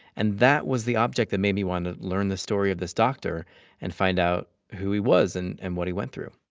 and that was the object that made me want to learn the story of this doctor and find out who he was and and what he went through.